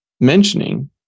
mentioning